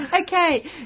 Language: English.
okay